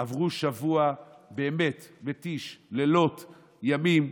עברו שבוע באמת מתיש, לילות, ימים,